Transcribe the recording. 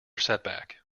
setback